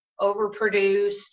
overproduced